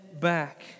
back